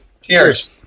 Cheers